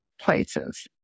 places